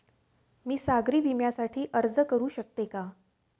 मी सागरी विम्यासाठी अर्ज करू शकते का?